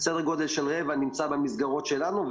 סדר גודל של רבע נמצא במסגרות שלנו,